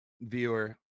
viewer